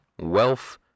wealth